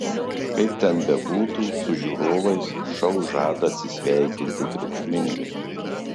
kaip ten bebūtų su žiūrovais šou žada atsisveikinti triukšmingai